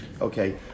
okay